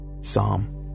psalm